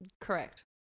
Correct